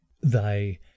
thy